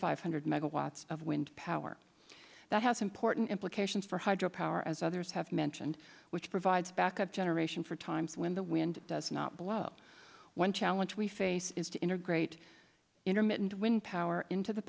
five hundred megawatts of wind power that has important implications for hydro power as others have mentioned which provides backup generation for times when the wind does not blow when challenge we face is to integrate intermittent wind power into the